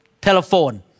telephone